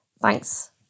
Thanks